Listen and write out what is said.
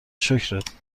شکرت